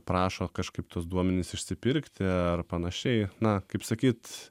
prašo kažkaip tuos duomenis išsipirkti ar panašiai na kaip sakyt